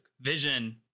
Vision